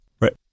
right